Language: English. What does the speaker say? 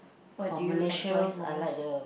what do you enjoy most